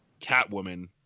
Catwoman